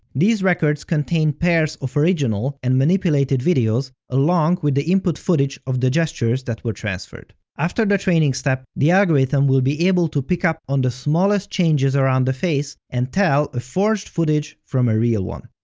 these records contain pairs of original and manipulated videos, along with the input footage of the gestures that were transferred. after the training step, the algorithm will be able to pick up on the smallest changes around the face and tell a forged footage from a real one,